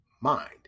mind